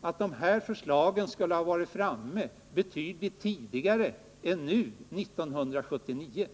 att dessa förslag inte kommit fram betydligt tidigare än nu — 1979.